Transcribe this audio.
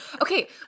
Okay